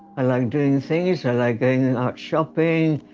i like doing things. i like going out shopping.